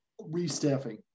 restaffing